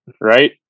Right